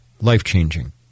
life-changing